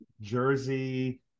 Jersey